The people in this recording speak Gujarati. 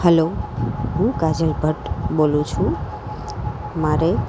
હલો હું કાજલ ભટ્ટ બોલું છું મારે